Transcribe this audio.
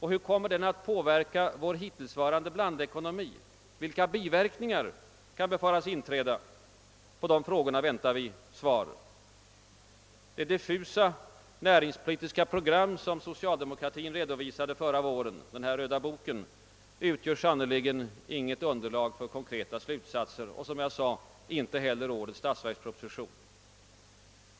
Hur kommer den att påverka vår hittillsvarande blandekonomi? Vilka biverkningar kan befaras inträda? På dessa frågor väntar vi svar. Det diffusa näringspolitiska program som socialdemokratin redovisade förra våren i sin »röda bok» utgör sannerligen inget underlag för konkreta slutsatser, och det gör, som jag sade, inte heller årets statsverksproposition.